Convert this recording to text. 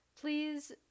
please